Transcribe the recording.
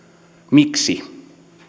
miksi